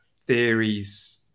theories